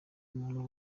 umuntu